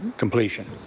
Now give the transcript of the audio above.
completion.